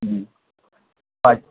ہوں اچھا